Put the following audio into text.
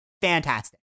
fantastic